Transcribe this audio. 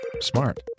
smart